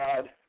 God